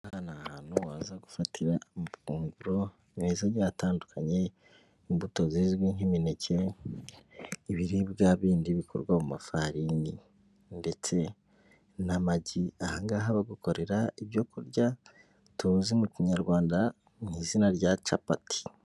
Aha ni hantu waza gufatira amafunguro meza agiye atandukanye, imbuto zizwi nk'imineke, ibiribwa bindi bikorwa mu mafarini ndetse n'amagi, aha ngaha bagakorera ibyo kurya tuzi mu kinyarwanda mu izina rya capati.